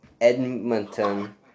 Edmonton